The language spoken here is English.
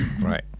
Right